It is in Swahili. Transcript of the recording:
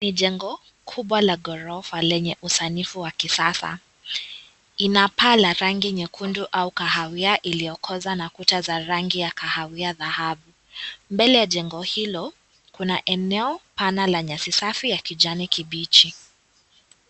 Ni jengo kubwa la ghorofa lenye usanifu wa kisasa. Ina paa la rangi nyekundu au kahawia iliyokoza na kuta za rangi ya kahawia dhahabu. Mbele ya jengo hilo, kuna eneo pana la nyasi safi ya kijani kibichi.